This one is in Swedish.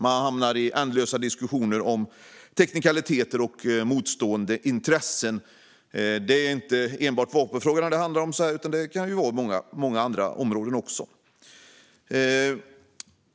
Man hamnar i ändlösa diskussioner om teknikaliteter och motstående intressen. Detta gäller inte enbart vapenfrågorna, utan det kan också gälla många andra områden.